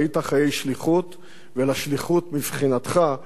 ולשליחות מבחינתך לא היה תאריך סיום.